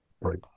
right